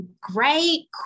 Great